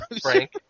Frank